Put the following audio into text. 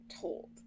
told